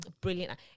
brilliant